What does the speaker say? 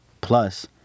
Plus